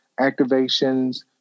activations